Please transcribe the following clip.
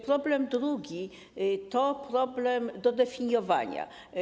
Problem drugi to problem dodefiniowania.